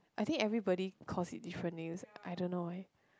I think everybody calls it different names I don't know eh